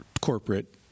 corporate